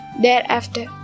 thereafter